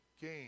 gain